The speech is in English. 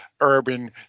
urban